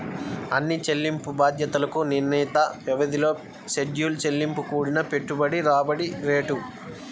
అన్ని చెల్లింపు బాధ్యతలకు నిర్ణీత వ్యవధిలో షెడ్యూల్ చెల్లింపు కూడిన పెట్టుబడి రాబడి రేటు